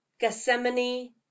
Gethsemane